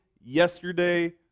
yesterday